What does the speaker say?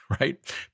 right